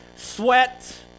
Sweat